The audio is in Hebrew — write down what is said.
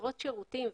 עשרות שירותים,